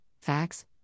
facts